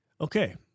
Okay